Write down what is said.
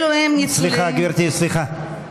אלו הם ניצולי, סליחה, גברתי, סליחה.